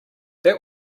that